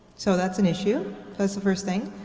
so that's an issue that's the first thing.